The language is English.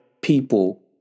people